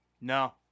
No